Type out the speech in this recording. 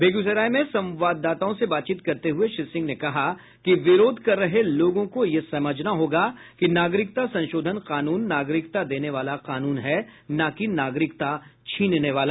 बेगूसराय में संवाददाताओं से बातचीत करते हुए श्री सिंह ने कहा कि विरोध कर रहे लोगों को यह समझना होगा कि नागरिकता संशोधन कानून नागरिकता देने वाला कानून है न कि नागरिकता छीनने वाला